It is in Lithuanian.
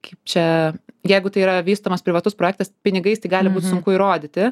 kaip čia jeigu tai yra vystomas privatus projektas pinigais gali būt sunku įrodyti